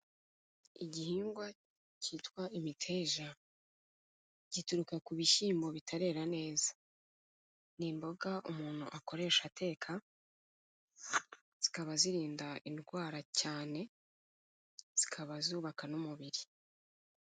Igihingwa cyitwa imiteja, gituruka ku bishyimbo bitarera neza. Ni imboga umuntu akoresha ateka, zikaba zirinda indwara cyane, zikaba zubaka n'umubiri.